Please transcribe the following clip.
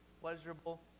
pleasurable